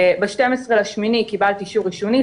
ב-12.8 קיבלת אישור ראשוני,